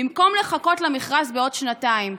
במקום לחכות למכרז בעוד שנתיים?